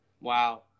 Wow